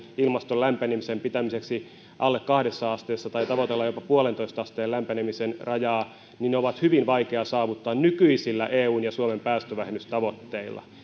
ilmaston lämpenemisen pitämiseksi alle kahdessa asteessa tai tavoitellaan jopa yhteen pilkku viiteen asteen lämpenemisen rajaa on hyvin vaikeaa saavuttaa nykyisillä eun ja suomen päästövähennystavoitteilla